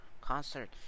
concert